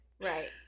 Right